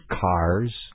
cars